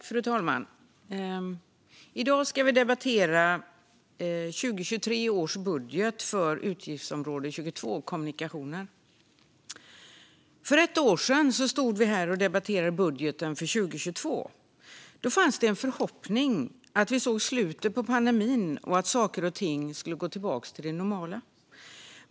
Fru talman! I dag ska vi debattera 2023 års budget för utgiftsområde 22 Kommunikationer. För ett år sedan stod vi här och debatterade budgeten för 2022. Då fanns det en förhoppning om att vi såg slutet på pandemin och att saker och ting skulle gå tillbaka till det normala.